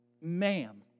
ma'am